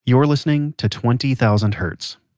you're listening to twenty thousand hertz.